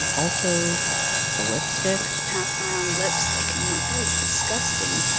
also the lipstick passed around lipstick and i'm like, that is disgusting.